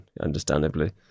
understandably